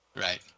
Right